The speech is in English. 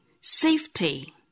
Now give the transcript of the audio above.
safety